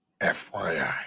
FYI